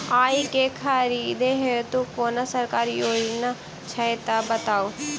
आइ केँ खरीदै हेतु कोनो सरकारी योजना छै तऽ बताउ?